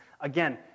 Again